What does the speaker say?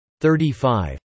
35